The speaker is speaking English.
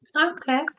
Okay